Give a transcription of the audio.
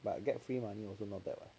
but you get free money also not bad mah